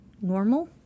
normal